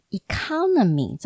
economy